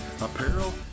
apparel